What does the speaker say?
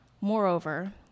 Moreover